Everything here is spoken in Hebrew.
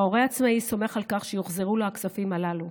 ההורה העצמאי סומך על כך שיוחזרו לו הכספים הללו.